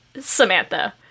samantha